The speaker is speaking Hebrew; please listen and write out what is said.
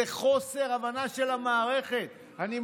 זה חוסר הבנה של המערכת.